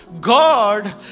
God